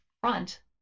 front